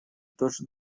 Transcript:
тоже